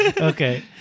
Okay